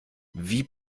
wie